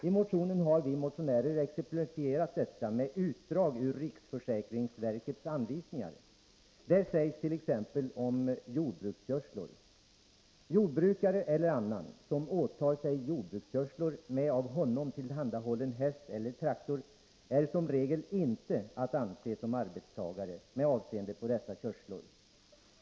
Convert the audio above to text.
I motionen har vi motionärer exemplifierat detta med utdrag ur riksförsäkringsverkets anvisningar. Där sägs t.ex. om jordbrukskörslor: ”Jordbrukare eller annan, som åtar sig jordbrukskörslor med av honom tillhandahållen häst eller traktor, är som regel inte att anse som arbetstagare med avseende på dessa körslor.